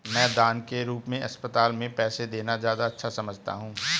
मैं दान के रूप में अस्पताल में पैसे देना ज्यादा अच्छा समझता हूँ